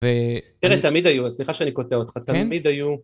תראה תמיד היו, סליחה שאני קוטע אותך, תמיד היו